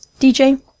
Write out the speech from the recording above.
DJ